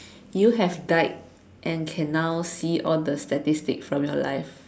you have died and can now see all the statistics from your life